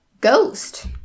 ghost